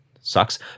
Sucks